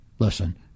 Listen